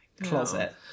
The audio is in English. closet